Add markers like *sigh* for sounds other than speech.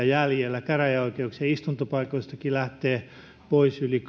*unintelligible* jäljellä käräjäoikeuksien istuntopaikoistakin lähtee pois yli *unintelligible*